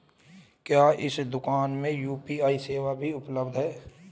क्या इस दूकान में यू.पी.आई सेवा भी उपलब्ध है?